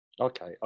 Okay